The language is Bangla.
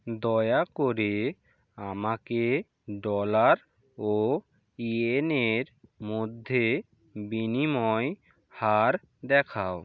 দয়া করে আমাকে ডলার ও ইয়েনের মধ্যে বিনিময় হার দেখাও